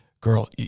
girl